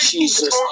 Jesus